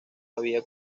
había